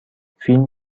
فیلم